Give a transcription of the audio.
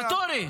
ואטורי.